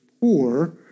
poor